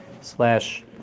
slash